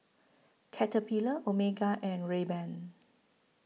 Caterpillar Omega and Rayban